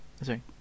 sorry